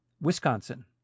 Wisconsin